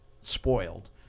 spoiled